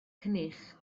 cnicht